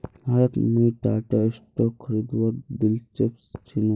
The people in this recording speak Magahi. हालत मुई टाटार स्टॉक खरीदवात दिलचस्प छिनु